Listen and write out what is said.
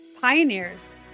pioneers